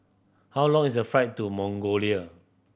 how long is the flight to Mongolia